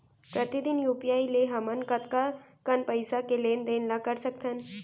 प्रतिदन यू.पी.आई ले हमन कतका कन पइसा के लेन देन ल कर सकथन?